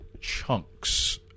chunks